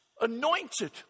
anointed